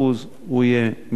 הוא יהיה מקצועי,